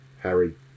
Harry